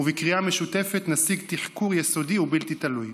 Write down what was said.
ובקריאה משותפת נשיג תחקור יסודי ובלתי תלוי.